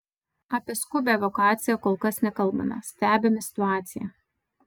apie skubią evakuaciją kol kas nekalbame stebime situaciją